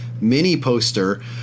mini-poster